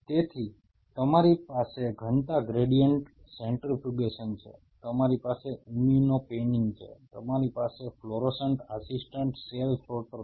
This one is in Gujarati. તેથી તમારી પાસે ઘનતા ગ્રેડિયન્ટ સેન્ટ્રીફ્યુગેશન છે તમારી પાસે ઇમ્યુનો પેનિંગ છે તમારી પાસે ફ્લોરોસન્ટ આસિસ્ટેડ સેલ સોર્ટર છે